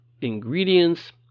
ingredients